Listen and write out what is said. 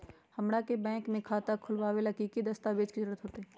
हमरा के बैंक में खाता खोलबाबे ला की की दस्तावेज के जरूरत होतई?